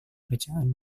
pekerjaan